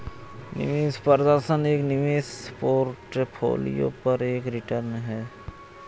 निवेश प्रदर्शन एक निवेश पोर्टफोलियो पर एक रिटर्न है